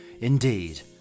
indeed